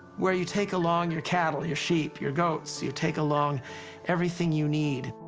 where you take along your cattle, your sheep, your goats. you take along everything you need.